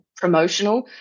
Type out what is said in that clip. promotional